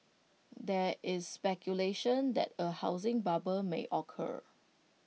there is speculation that A housing bubble may occur